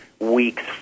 Weeks